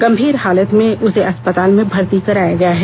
गंभीर हालत में उसे अस्पताल में भर्ती कराया गया है